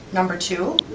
number two?